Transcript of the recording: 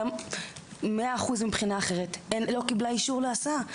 היא לא קיבלה אישור להסעה.